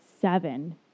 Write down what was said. seven